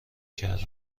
کرده